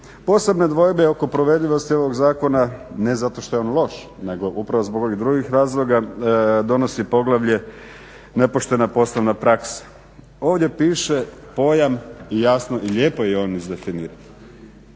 Posebne dvojbe oko povredivosti ovog zakona ne zato što je on loš, nego upravo zbog ovih drugih razloga donosi poglavlje nepoštena poslovna praksa. Ovdje piše pojam i jasno i lijepo je on izdefiniran.